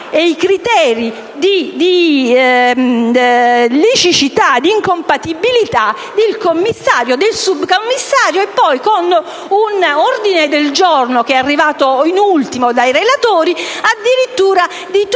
e i criteri di liceità e di incompatibilità del commissario e del subcommissario e poi, con un ordine del giorno, presentato in ultimo dai relatori, addirittura di tutti